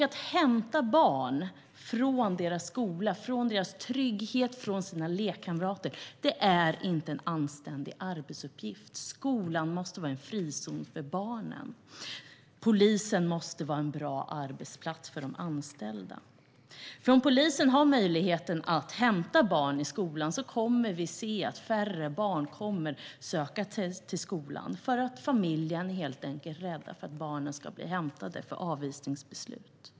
Att hämta barn från deras skola, från deras trygghet, från deras lekkamrater är inte en anständig arbetsuppgift. Skolan måste vara en frizon för barnen. Polisen måste vara en bra arbetsplats för de anställda. Om polisen har möjlighet att hämta barn i skolan kommer vi att se att färre barn söker sig till skolan, helt enkelt för att familjen är rädd för att barnen ska bli hämtade efter ett avvisningsbeslut.